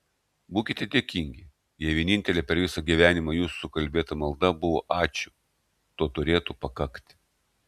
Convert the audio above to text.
būkite dėkingi jei vienintelė per visą gyvenimą jūsų sukalbėta malda buvo ačiū to turėtų pakakti